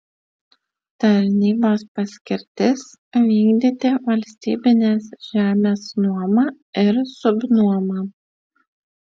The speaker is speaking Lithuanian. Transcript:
tarnybos paskirtis vykdyti valstybinės žemės nuomą ir subnuomą